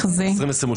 היום ה-20 בדצמבר.